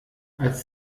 als